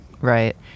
Right